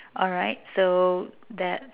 alright so that